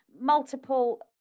multiple